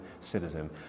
citizen